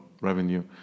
revenue